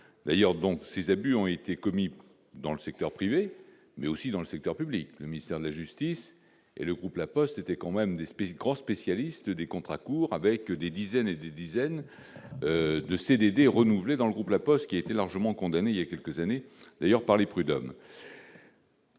d'ailleurs, donc ces abus ont été commis dans le secteur privé, mais aussi dans le secteur public, le ministère de la justice et le groupe La Poste était quand même d'espèces gros spécialiste des contrats courts, avec des dizaines et des dizaines de CDD renouvelés dans le groupe La Poste, qui été largement condamnée il y a quelques années d'ailleurs par les prud'hommes.